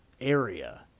area